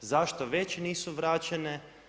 Zašto već nisu vraćene?